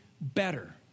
better